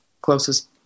closest